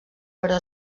però